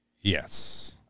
Yes